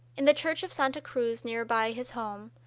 in the church of santa cruz near by his home,